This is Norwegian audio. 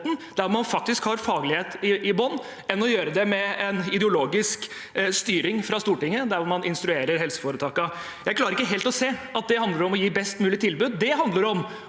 der man faktisk har faglighet i bunnen, og å gjøre det med en ideologisk styring fra Stortinget der man instruerer helseforetakene. Jeg klarer ikke helt å se at det handler om å gi et best mulig tilbud. Det handler om